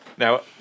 Now